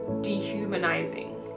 dehumanizing